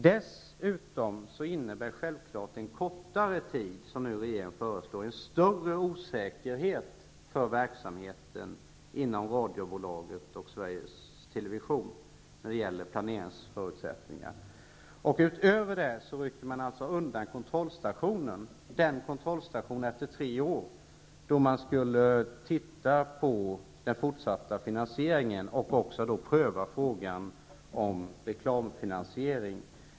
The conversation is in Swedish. Dessutom innebär en kortare period, som regeringen nu föreslår, en större osäkerhet för verksamheten och planeringsförutsättningarna inom radiobolaget och Sveriges Television. Man avser nu också att ta bort den kontrollstation efter tre år då man skulle se över den fortsatta finansieringen och pröva frågan om reklamfinansiering.